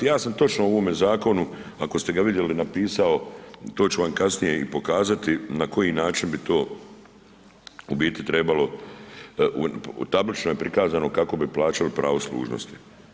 I ja sam točno u ovome zakonu ako ste ga vidjeli napisao, to ću vam kasnije i pokazati na koji način bi to u biti trebalo, tablično je prikazano kako bi plaćali pravo služnosti.